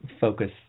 focus